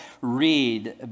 read